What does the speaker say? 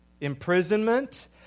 imprisonment